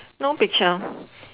no picture